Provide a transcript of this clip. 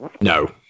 No